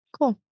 cool